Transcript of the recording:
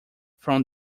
from